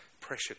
pressure